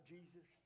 Jesus